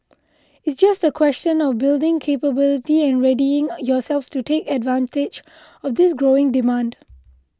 it's just a question of building capability and readying yourselves to take advantage of this growing demand